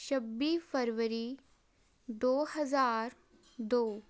ਛੱਬੀ ਫਰਵਰੀ ਦੋ ਹਜ਼ਾਰ ਦੋ